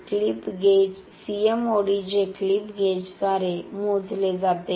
clip gauge CMOD जे clip गेजद्वारे मोजले जाते